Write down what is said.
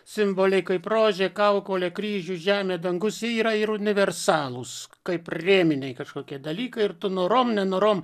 simboliai kaip rožė kaukolė kryžius žemė dangus jie yra ir universalūs kaip rėminiai kažkokie dalykai ir tu norom nenorom